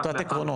טיוטת עקרונות.